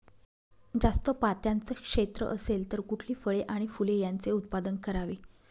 जास्त पात्याचं क्षेत्र असेल तर कुठली फळे आणि फूले यांचे उत्पादन करावे?